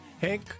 Hank